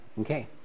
Okay